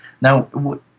Now